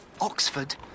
Oxford